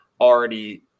already